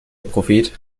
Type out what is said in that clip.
prophet